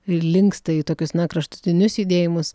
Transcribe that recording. linksta į tokius kraštutinius judėjimus